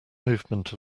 movement